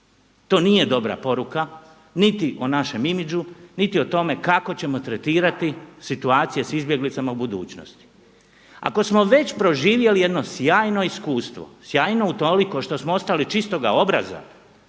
To nije dobra poruka niti o našem imidžu, niti o tome kako ćemo tretirati situacije s izbjeglicama u budućnosti. Ako smo već proživjeli jedno sjajno iskustvo, sjajno utoliko što smo ostali čistoga obraza,